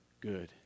good